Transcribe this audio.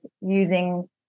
using